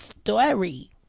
story